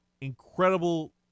incredible